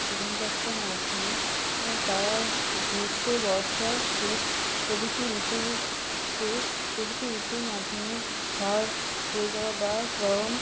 জীবনযাত্রার মাধ্যমে তারা গ্রীষ্ম বর্ষা শীত প্রভৃতি ঋতুকে প্রভৃতি ঋতুর মাধ্যমে ঝড় বয়ে যাওয়া বা গরম